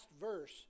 verse